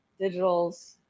digitals